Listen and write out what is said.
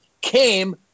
came